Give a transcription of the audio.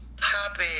happy